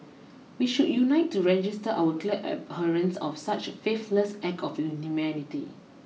we should unite to register our clear abhorrence of such faithless act of inhumanity